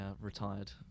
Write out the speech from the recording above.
retired